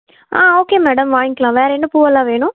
ஆ okay madam வாங்கிக்கலாம் வேறு என்ன பூவெல்லாம் வேணும்